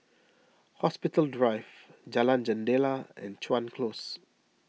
Hospital Drive Jalan Jendela and Chuan Close